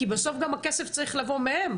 כי בסוף גם הכסף צריך לבוא מהם,